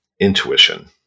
intuition